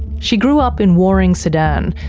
she grew up in warring sudan,